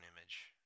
image